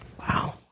Wow